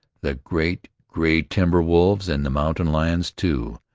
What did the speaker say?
the great, grey timberwolves, and the mountain lions too,